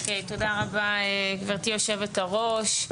תודה רבה גבירתי יושבת הראש,